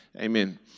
Amen